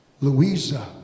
Louisa